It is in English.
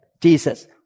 Jesus